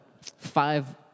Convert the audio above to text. five